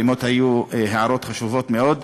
שבאמת היו הערות חשובות מאוד.